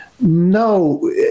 No